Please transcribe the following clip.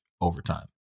overtime